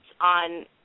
on